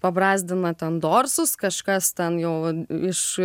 pabrazdina ten dorsus kažkas ten jau iš